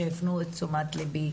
שהפנו את תשומת ליבי